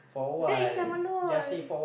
that is time alone